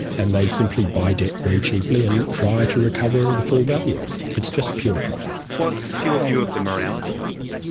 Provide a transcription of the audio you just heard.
and they simply buy debt very cheaply and try to recover the full value of it. it's just pure profit. what's your view of the morality of it?